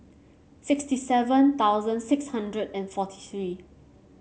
sixty seven thousand six hundred and forty three